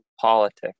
politics